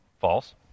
False